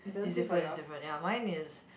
is different is different ya mine is